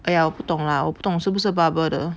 !aiya! 我不懂啦我不懂是不是 barber 的